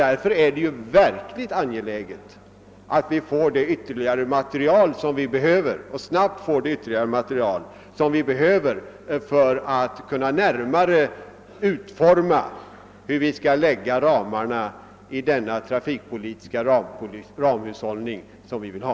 Därför är det verkligt angeläget att vi får det yt terligare material som vi behöver för att kunna utforma den trafikpolitiska ramhushållning som vi vill ha.